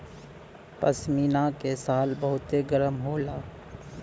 पश्मीना के शाल बहुते गरम होला